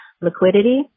Liquidity